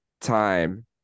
time